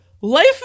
life